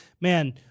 man